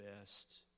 best